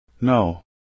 No